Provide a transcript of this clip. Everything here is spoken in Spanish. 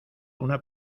una